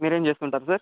మీరేం చేస్తుంటారు సార్